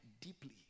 deeply